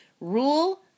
rule